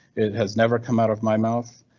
it has never come out of my mouth,